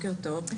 בוקר טוב.